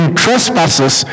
trespasses